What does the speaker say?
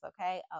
okay